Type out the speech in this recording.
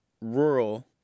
rural